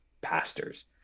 Pastors